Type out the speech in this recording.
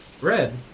Red